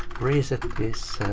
reset is,